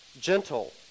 gentle